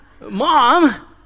Mom